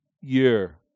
year